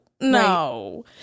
No